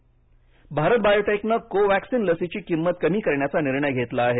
लस किंमत भारत बायोटेकनं कोवक्सीन लसीची किंमत कमी करण्यचा निर्णय घेतला आहे